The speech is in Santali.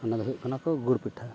ᱚᱱᱟ ᱫᱚ ᱦᱩᱭᱩᱜ ᱠᱟᱱᱟ ᱠᱚ ᱜᱩᱲ ᱯᱤᱴᱷᱟᱹ